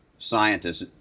scientists